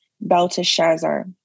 Belteshazzar